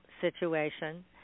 situation